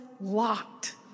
locked